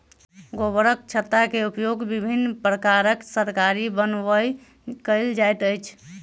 गोबरछत्ता के उपयोग विभिन्न प्रकारक तरकारी बनबय कयल जाइत अछि